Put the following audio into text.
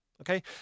Okay